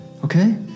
Okay